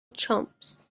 chumps